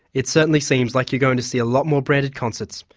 it certainly seems like you're going to see a lot more branded concerts,